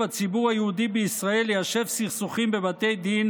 הציבור היהודי בישראל ליישב סכסוכים בבתי דין